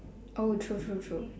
oh true true true